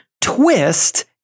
Twist